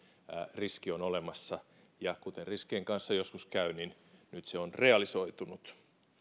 riski on olemassa kuten riskien kanssa joskus käy niin nyt se on realisoitunut